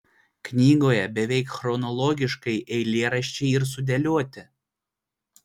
knygoje beveik chronologiškai eilėraščiai ir sudėlioti